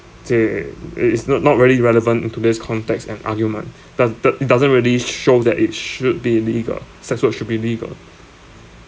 they it it's not not really relevant in today's context and argument that that it doesn't really sh~ show that it sh~ should be illegal sex work should be legal